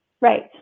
Right